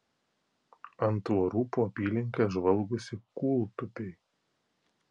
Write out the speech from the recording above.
ant tvorų po apylinkes žvalgosi kūltupiai